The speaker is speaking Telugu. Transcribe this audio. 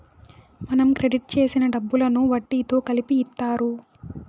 మనం క్రెడిట్ చేసిన డబ్బులను వడ్డీతో కలిపి ఇత్తారు